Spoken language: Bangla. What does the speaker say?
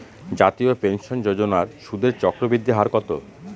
জাতীয় পেনশন যোজনার সুদের চক্রবৃদ্ধি হার কত?